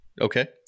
Okay